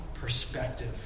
perspective